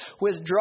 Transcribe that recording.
Withdraw